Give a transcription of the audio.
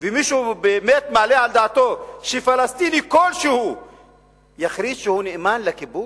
ומישהו באמת מעלה על דעתו שפלסטיני כלשהו יכריז שהוא נאמן לכיבוש?